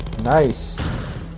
Nice